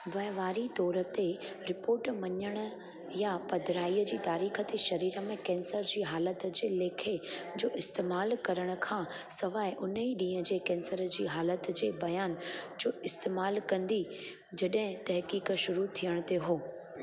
वहिंवारी तौर ते रिपोर्ट मञणु या पधिराईअ जी तारीख़ ते शरीर में कैंसर जी हालत जे लेखे जो इस्तमालु करण खां सवाइ उन्ह ॾींहुं जे कैंसर जी हालत जे बयान जो इस्तमालु कंदी जॾहिं तहक़ीक़ शुरू थियण ते हो